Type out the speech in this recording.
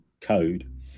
code